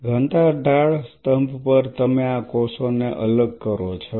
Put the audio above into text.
ઘનતા ઢાળ સ્તંભ પર તમે આ કોષોને અલગ કરો છો